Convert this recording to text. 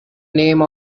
name